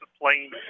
playing